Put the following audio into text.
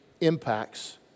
impacts